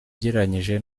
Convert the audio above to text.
ugereranije